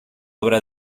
obra